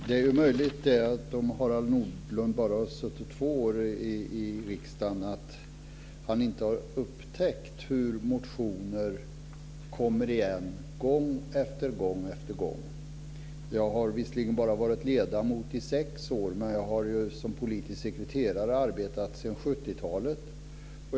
Fru talman! Om Harald Nordlund bara har suttit två år i riksdagen är det möjligt att han inte har upptäckt att motioner kommer igen gång efter gång. Jag har visserligen bara varit ledamot i sex år, men jag har arbetat som politisk sekreterare sedan 70-talet.